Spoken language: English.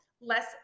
less